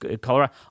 Colorado